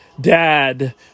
dad